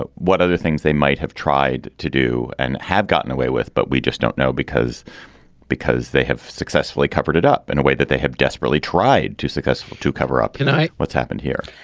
but what other things they might have tried to do and have gotten away with. but we just don't know because because they have successfully covered it up in a way that they have desperately tried to stick us to cover up tonight what's happened here?